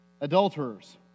adulterers